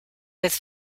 with